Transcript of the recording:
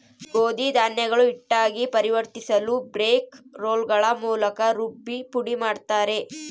ಗೋಧಿ ಧಾನ್ಯಗಳು ಹಿಟ್ಟಾಗಿ ಪರಿವರ್ತಿಸಲುಬ್ರೇಕ್ ರೋಲ್ಗಳ ಮೂಲಕ ರುಬ್ಬಿ ಪುಡಿಮಾಡುತ್ತಾರೆ